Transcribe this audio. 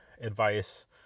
advice